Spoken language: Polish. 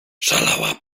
szalała